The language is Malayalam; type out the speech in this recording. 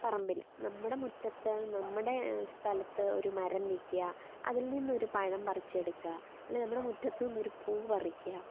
പറമ്പിൽ നമ്മുടെ മുറ്റത്ത് നമ്മുടെ സ്ഥലത്ത് ഒരു മരം നിൽക്കുക അതിൽ നിന്നൊരു പഴം പറിച്ചെടുക്ക അല്ലെങ്കിൽ നമ്മുടെ മുറ്റത്ത് നിന്നൊരു പൂവ് പറിക്കുക